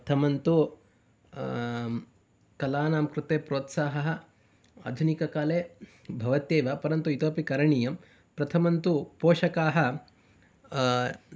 प्रथमं तु कलानां कृते प्रोत्साहः आधुनिक काले भवत्येव परन्तु इतोपि करणीयं प्रथमं तु पोषकाः